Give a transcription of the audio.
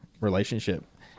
relationship